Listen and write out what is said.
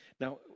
now